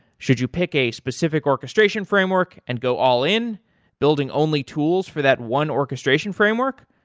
should you pick a specific orchestration framework and go all in building only tools for that one orchestration framework?